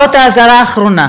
זאת האזהרה האחרונה.